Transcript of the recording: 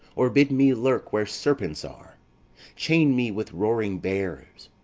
or bid me lurk where serpents are chain me with roaring bears,